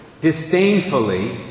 disdainfully